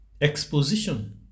Exposition